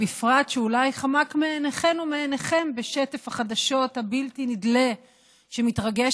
בפרט שאולי חמק מעיניכן ומעיניכם בשטף החדשות הבלתי-נדלה שמתרגש